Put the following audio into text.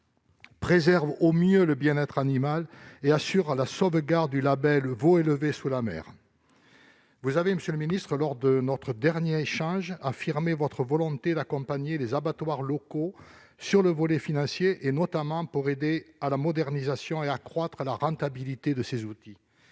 préserve au mieux le bien-être animal et assure la sauvegarde du label « veau élevé sous la mère ». Lors de notre dernier échange, vous avez affirmé votre volonté d'accompagner les abattoirs locaux sur le plan financier, notamment pour soutenir la modernisation et accroître la rentabilité de ces outils.